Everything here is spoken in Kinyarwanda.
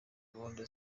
gahunda